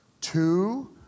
Two